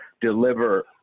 deliver